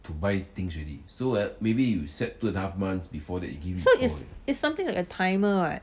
so is is something like a timer ah